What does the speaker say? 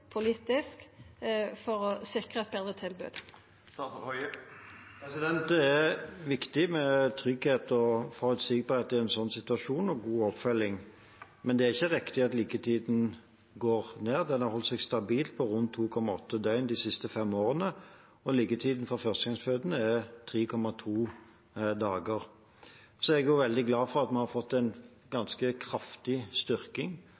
politisk for å sikra eit betre tilbod? Det er viktig med trygghet, forutsigbarhet og god oppfølging i en sånn situasjon, men det er ikke riktig at liggetiden går ned. Den har holdt seg stabil på rundt 2,8 døgn de siste fem årene, og liggetiden for førstegangsfødende er 3,2 dager. Jeg er veldig glad for at vi har fått en ganske kraftig styrking